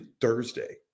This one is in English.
Thursday